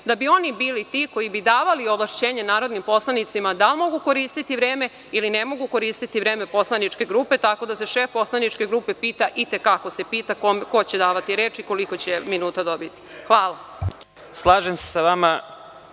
da bi oni bili ti koji bi davali ovlašćenja narodnim poslanicima da li mogu koristiti vreme ili ne mogu koristiti vreme poslaničke grupe, tako da se šef poslaničke grupe pita i te kako se pita ko će davati reč i koliko će minuta dobiti. Hvala. **Vladimir